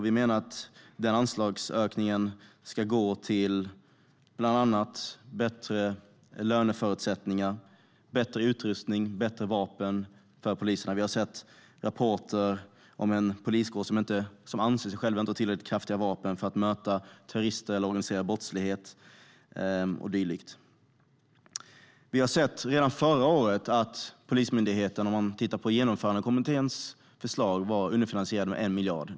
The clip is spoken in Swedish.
Vi menar att denna anslagsökning ska gå till bland annat bättre löner, bättre utrustning och bättre vapen för poliserna. Vi har sett rapporter om en poliskår som anser sig inte ha tillräckligt kraftiga vapen för att möta terrorister, organiserad brottslighet och så vidare. Om man tittar på Genomförandekommitténs förslag kan vi se att Polismyndigheten redan förra året var underfinansierad med 1 miljard.